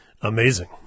Amazing